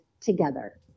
together